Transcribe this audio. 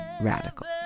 radical